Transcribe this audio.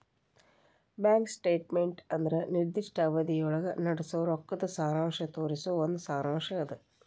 bank statement ಅಂದ್ರ ನಿರ್ದಿಷ್ಟ ಅವಧಿಯೊಳಗ ನಡಸೋ ರೊಕ್ಕದ್ ಸಾರಾಂಶ ತೋರಿಸೊ ಒಂದ್ ಸಾರಾಂಶ್ ಅದ